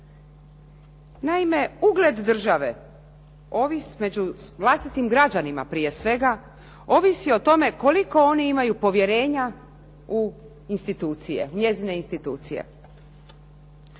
Naime, ugled države među vlastitim građanima prije svega ovisi o tome koliko oni imaju povjerenja u njezine institucije.